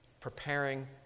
preparing